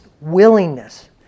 willingness